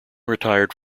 retired